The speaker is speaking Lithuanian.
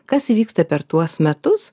kas vyksta per tuos metus